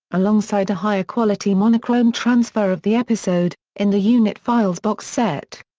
alongside a higher-quality monochrome transfer of the episode, in the unit files box set.